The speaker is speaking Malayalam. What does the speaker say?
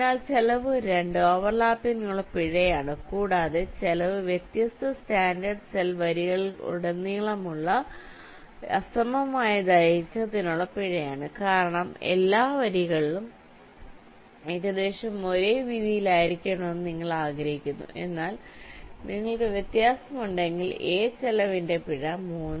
അതിനാൽ ചെലവ് രണ്ട് ഓവർലാപ്പിംഗിനുള്ള പിഴയാണ് കൂടാതെ ചിലവ് വ്യത്യസ്ത സ്റ്റാൻഡേർഡ് സെൽ വരികളിലുടനീളമുള്ള അസമമായ ദൈർഘ്യത്തിനുള്ള പിഴയാണ് കാരണം എല്ലാ വരികളും ഏകദേശം ഒരേ വീതിയിൽ ആയിരിക്കണമെന്ന് നിങ്ങൾ ആഗ്രഹിക്കുന്നു എന്നാൽ നിങ്ങൾക്ക് വ്യത്യാസമുണ്ടെങ്കിൽ a ചെലവിന്റെ പിഴ 3